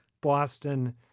Boston